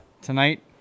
tonight